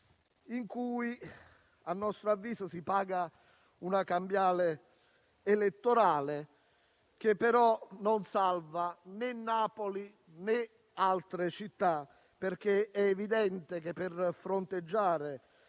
con cui a nostro avviso si paga una cambiale elettorale, che però non salva né Napoli, né altre città, perché è evidente che per fronteggiare